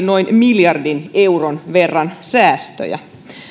noin miljardin euron verran säästöjä